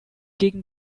gegen